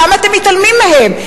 למה אתם מתעלמים מהן?